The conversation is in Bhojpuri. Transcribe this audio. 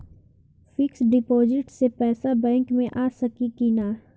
फिक्स डिपाँजिट से पैसा बैक मे आ सकी कि ना?